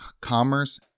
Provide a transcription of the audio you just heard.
commerce